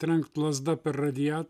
trenkt lazda per radia